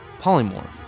Polymorph